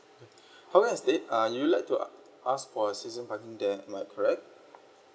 hougang estate uh you like to a~ ask for season parking there am I correct